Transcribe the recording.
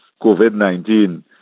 COVID-19